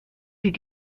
sie